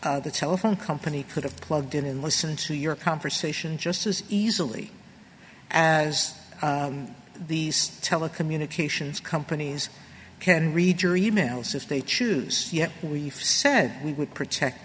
the telephone company could have plugged in and listen to your conversation just as easily as these telecommunications companies can read your e mail says they choose yes we said we would protect